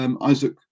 Isaac